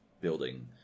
building